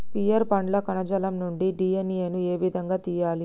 Pear పండ్ల కణజాలం నుండి డి.ఎన్.ఎ ను ఏ విధంగా తియ్యాలి?